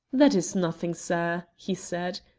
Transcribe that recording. that is nothing, sir, he said.